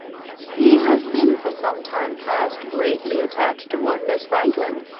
he has been for some time past greatly attached to one miss franklin,